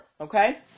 okay